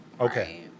Okay